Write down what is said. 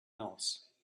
else